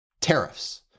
tariffs